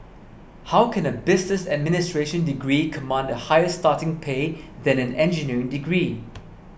how can a business administration degree command a higher starting pay than an engineering degree